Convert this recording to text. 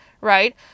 right